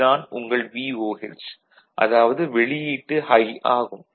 இது தான் உங்கள் VOH அதாவது வெளியீட்டு ஹை ஆகும்